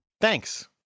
thanks